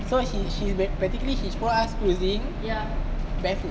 so she she practically she follow us cruising barefoot